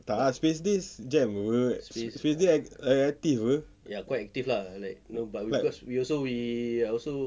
tak ah spacedays jam apa spacedays active [pe] but